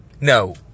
No